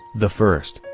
the first,